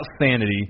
sanity